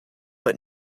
but